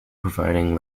providing